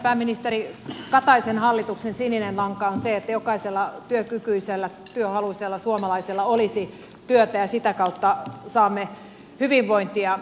pääministeri kataisen hallituksen sininen lanka on se että jokaisella työkykyisellä työhaluisella suomalaisella olisi työtä ja sitä kautta saamme hyvinvointia